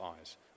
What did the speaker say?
eyes